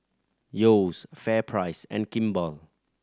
Yeo's FairPrice and Kimball